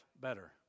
better